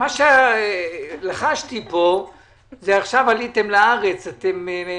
עליתם לארץ עכשיו